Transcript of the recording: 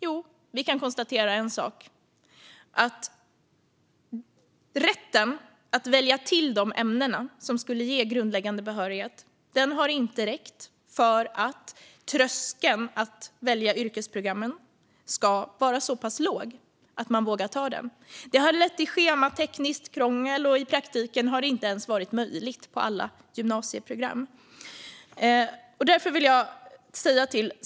Jo, vi kan konstatera en sak: Rätten att välja till de ämnen som skulle ge grundläggande behörighet har inte räckt för att tröskeln att välja yrkesprogrammen ska vara så pass låg att man vågar göra det. Det har lett till schematekniskt krångel, och i praktiken har det inte ens varit möjligt på alla gymnasieprogram.